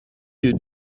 you